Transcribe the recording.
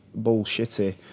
bullshitty